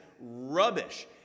rubbish